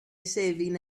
shaving